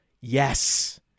yes